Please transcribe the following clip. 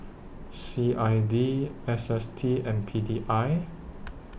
C I D S S T and P D I